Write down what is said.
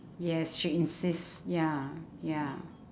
yes she insist ya ya